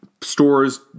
stores